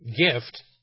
gift